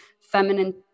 feminine